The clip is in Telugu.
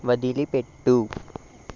వదిలిపెట్టు